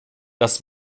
das